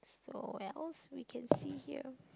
so what else we can see here